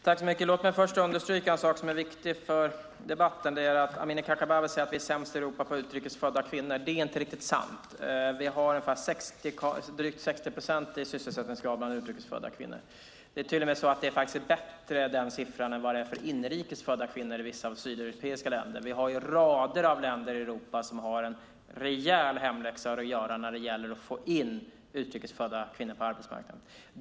Herr talman! Låt mig först understryka en sak som är viktig för debatten. Amineh Kakabaveh säger att vi är sämst i Europa på utrikes födda kvinnor. Det är inte riktigt sant. Vi har drygt 60 procent i sysselsättningsgrad bland utrikes födda kvinnor. Det är till och med så att denna siffra är bättre än vad den är för inrikes födda kvinnor i vissa sydeuropeiska länder. Vi har rader av länder i Europa som har en rejäl hemläxa att göra när det gäller att få in utrikes födda kvinnor på arbetsmarknaden.